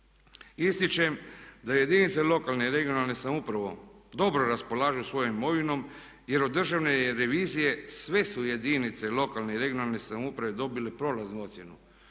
Ističem da jedinice lokalne i regionalne samouprave dobro raspolažu svojom imovinom, jer od Državne revizije sve su jedinice lokalne i regionalne samouprave dobile prolaznu ocjenu.